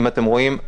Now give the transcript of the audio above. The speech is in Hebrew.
אם אתם רואים,